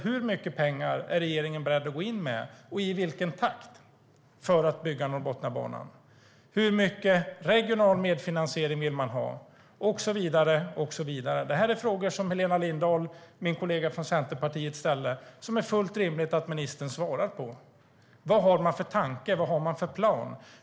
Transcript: Hur mycket pengar är regeringen beredd att gå in med, till exempel, och i vilken takt för att bygga Norrbotniabanan? Hur mycket regional medfinansiering vill man ha, och så vidare? Detta är frågor som Helena Lindahl, min kollega från Centerpartiet ställde, och som det är fullt rimligt att ministern svarar på. Vad har man för tanke, och vad har man för plan?